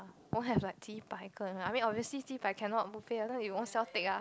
won't have like 几百个: ji bai ge lah I mean obviously 几百: ji bai cannot buffet then you ownself take ah